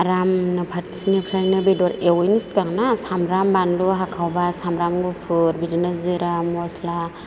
आरामनो फारसेनिफ्रायनो बेदर एवनायनि सिगां ना सामब्राम बानलु हाखावबा सामब्राम गुफुर बिदिनो जिरा मस्ला